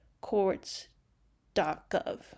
courts.gov